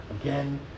again